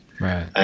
Right